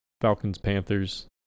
Falcons-Panthers